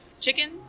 chicken